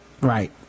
Right